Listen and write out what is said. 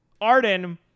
Arden